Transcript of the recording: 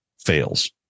Fails